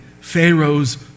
Pharaoh's